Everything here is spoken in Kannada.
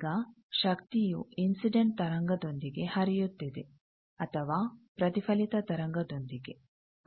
ಈಗ ಶಕ್ತಿಯು ಇನ್ಸಿಡೆಂಟ್ ತರಂಗದೊಂದಿಗೆ ಹರಿಯುತ್ತಿದೆ ಅಥವಾ ಪ್ರತಿಫಲಿತ ತರಂಗದೊಂದಿಗೆ